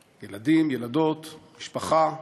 ילדים, ילדות, משפחה.